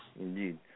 Indeed